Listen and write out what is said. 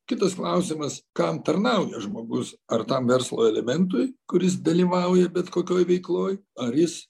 kitas klausimas kam tarnauja žmogus ar tam verslo elementui kuris dalyvauja bet kokioj veikloj ar jis